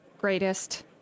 greatest